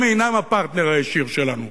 הם אינם הפרטנר הישיר שלנו.